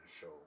show